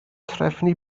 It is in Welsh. trefnu